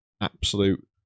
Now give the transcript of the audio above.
absolute